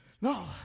No